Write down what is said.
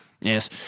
Yes